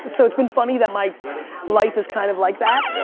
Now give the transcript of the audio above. so it's been funny that my life is kind of like that. yeah